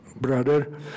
brother